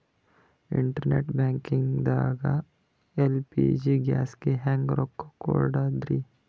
Internet banking ದಾಗ LPG ಗ್ಯಾಸ್ಗೆ ಹೆಂಗ್ ರೊಕ್ಕ ಕೊಡದ್ರಿ?